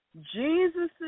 Jesus